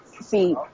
see